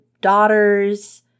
daughters